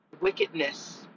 wickedness